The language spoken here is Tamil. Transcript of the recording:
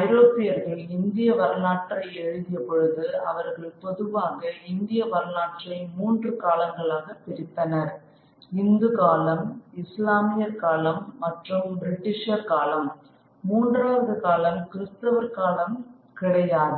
ஐரோப்பியர்கள் இந்திய வரலாற்றை எழுதிய பொழுது அவர்கள் பொதுவாக இந்திய வரலாற்றை மூன்று காலங்களாக பிரித்தனர் இந்து காலம் இஸ்லாமியர் காலம் மற்றும் பிரிட்டிஷர் காலம் மூன்றாவது காலம் கிறிஸ்தவர்கள் காலம் கிடையாது